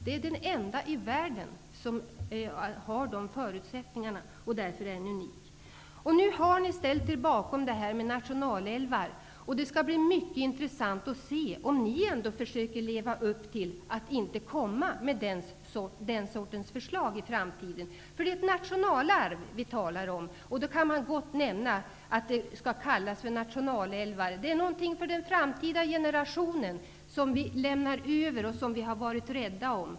Det är den enda i världen som har de förutsättningarna, och därför är den unik. Nu har ni ställt er bakom detta med nationalälvar. Det skall bli mycket intressant att se om ni försöker leva upp till att inte komma med den sortens förslag i framtiden. Det är ju ett nationalarv som vi här talar om. Vi kan i detta sammanhang gärna nämna att sådana här älvar skall kallas nationalälvar. De är något som vi lämnar över till framtida generationer och som vi är rädda om.